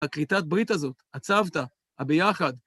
הכריתת ברית הזאת, הצוותא, הביחד.